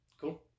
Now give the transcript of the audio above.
Cool